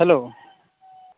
hello